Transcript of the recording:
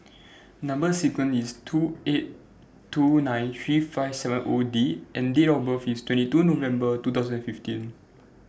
Number sequence IS two eight two nine three five seven O D and Date of birth IS twenty two November two thousand and fifteen